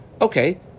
Okay